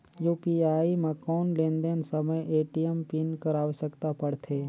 UPI म कौन लेन देन समय ए.टी.एम पिन कर आवश्यकता पड़थे?